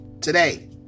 today